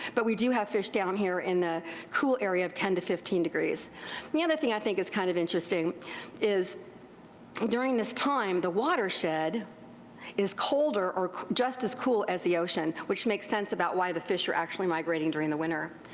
but we do have fish down here in the cool area of ten to fifteen degrees. and the other thing i think is kind of interesting is during this time the watershed is colder or just as cool as the ocean, which makes sense about why the fish are actually migrating during the winter.